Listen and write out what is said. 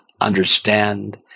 understand